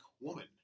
woman